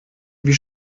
wie